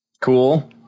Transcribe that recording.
cool